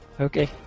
Okay